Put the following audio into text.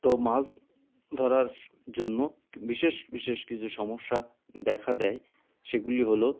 তো মাছ ধরার জন্য বিশেষ বিশেষ কিছু সমস্যা দেখা দেয় সেগুলি হল